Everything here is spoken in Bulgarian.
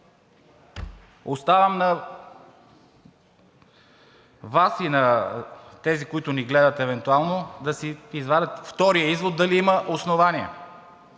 Оставям на Вас и на тези, които ни гледат евентуално, да си извадят втория извод – дали има основание.